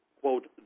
quote